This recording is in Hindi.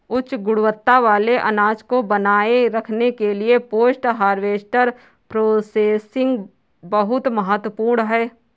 उच्च गुणवत्ता वाले अनाज को बनाए रखने के लिए पोस्ट हार्वेस्ट प्रोसेसिंग बहुत महत्वपूर्ण है